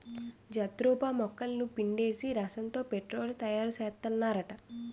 jatropha మొక్కలని పిండేసి రసంతో పెట్రోలు తయారుసేత్తన్నారట